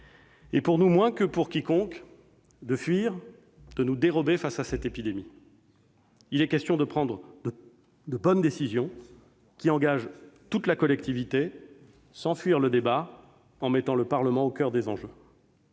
et pour nous moins que pour quiconque, de fuir, de nous dérober face à cette épidémie. Il est question de prendre de bonnes décisions qui engagent toute la collectivité, sans fuir le débat, en mettant le Parlement au coeur des enjeux.